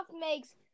makes